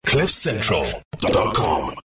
Cliffcentral.com